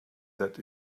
that